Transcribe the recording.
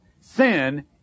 Sin